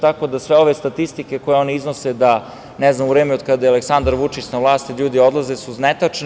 Tako da, sve ove statistike koje oni iznose da u vreme od kada je Aleksandar Vučić na vlasti ljudi odlaze su netačne.